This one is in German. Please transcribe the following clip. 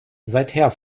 seither